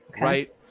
right